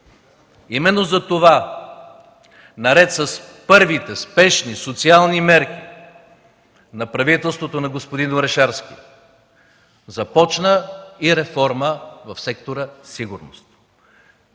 Именно затова наред с първите спешни социални мерки на правителството на господин Орешарски започна и реформа в сектора „Сигурност“.